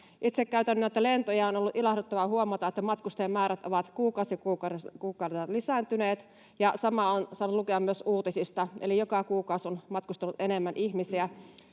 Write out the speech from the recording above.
lentoja, ja on ollut ilahduttavaa huomata, että matkustajamäärät ovat kuukausi kuukaudelta lisääntyneet, ja samaa on saanut lukea myös uutisista, eli joka kuukausi on matkustanut enemmän ihmisiä.